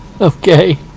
Okay